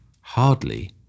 hardly